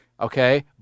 okay